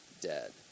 dead